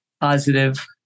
positive